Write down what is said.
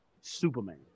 Superman